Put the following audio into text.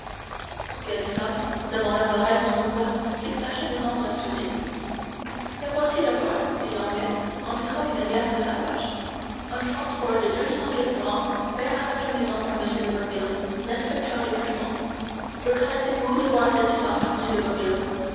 pour quelle somme demanda morrel d'une voix qu'il tâchait de rendre assurée mais voici d'abord dit l'anglais en tirant une liasse de sa poche un transport de deux cent mille francs fait à notre maison par m de boville l'inspecteur des prisons reconnaissez-vous devoir cette somme à m de boville